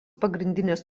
pagrindinės